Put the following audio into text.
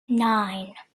nine